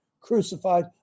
crucified